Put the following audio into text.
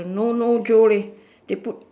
no no joe leh they put